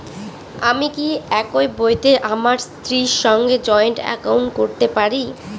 আমি কি একই বইতে আমার স্ত্রীর সঙ্গে জয়েন্ট একাউন্ট করতে পারি?